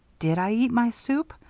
did i eat my soup!